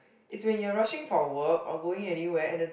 is when you're rushing for work or going anywhere and the